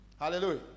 Hallelujah